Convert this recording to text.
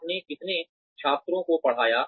आपने कितने छात्रों को पढ़ाया